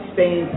Spain